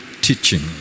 teaching